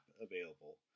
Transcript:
available